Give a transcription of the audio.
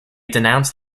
denounced